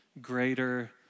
greater